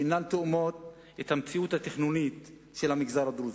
שאינן תואמות את המציאות התכנונית של המגזר הדרוזי.